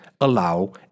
allow